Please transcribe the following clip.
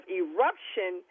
eruption